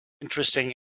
interesting